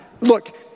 look